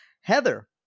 Heather